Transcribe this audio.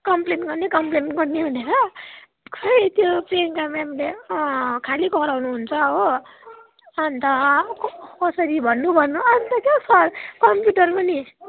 complain गर्ने complain गर्ने भनेर खै त्यो प्रियङ्का म्यामले खालि कराउनु हुन्छ हो अन्त अब कसरी भन्नु भन्नु अन्त क्याउ सर क्म्प्युटर पनि